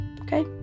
okay